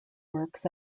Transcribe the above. works